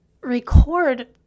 record